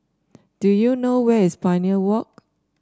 do you know where is Pioneer Walk